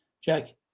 Jack